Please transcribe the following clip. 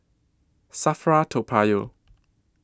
SAFRA Toa Payoh